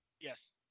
Yes